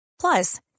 Plus